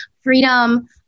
freedom